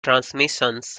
transmissions